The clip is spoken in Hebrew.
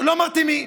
לא אמרתי מי.